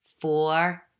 four